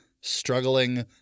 struggling